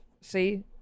See